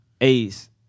Ace